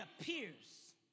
appears